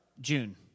June